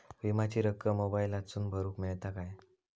विमाची रक्कम मोबाईलातसून भरुक मेळता काय?